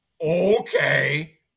Okay